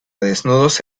desnudos